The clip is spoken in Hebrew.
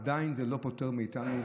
ועדיין זה לא פוטר אותנו,